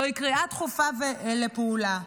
זוהי קריאה דחופה לפעולה.